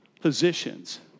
positions